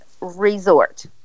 resort